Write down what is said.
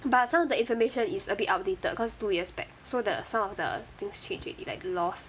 but some of the information is a bit outdated cause two years back so the some of the things change already like the loss